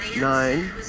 nine